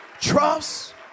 Trust